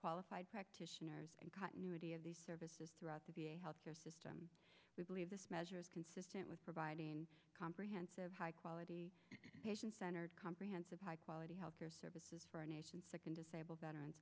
qualified practitioners and continuity of the services throughout to be a health care system we believe this measure is consistent with providing a comprehensive high quality patient centered comprehensive high quality health care services for our nation's second disabled veterans